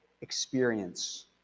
experience